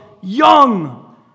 young